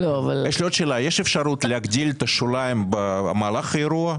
יש אפשרות להגדיל את השוליים במהלך האירוע?